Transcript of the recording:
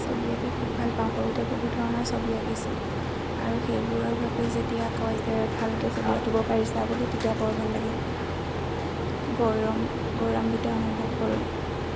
ছবি আঁকি খুব ভাল পাওঁ সৰুতে বহু ধৰণৰ ছবি আঁকিছোঁ আৰু সেইবোৰৰ বাবে যেতিয়া কয় যে ভালকে ছবি আঁকিব পাৰিছা বুলি তেতিয়া বৰ ভাল লাগে গৌৰম গৌৰম্বিত অনুভৱ কৰোঁ